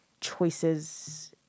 choices